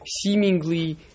seemingly